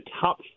top